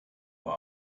war